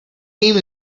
name